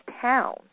town